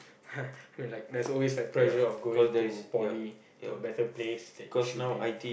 I mean like there's always like pressure of going to poly to a better place that you should be